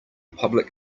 public